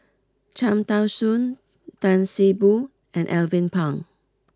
Cham Tao Soon Tan See Boo and Alvin Pang